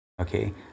okay